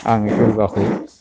आङो य'गाखौ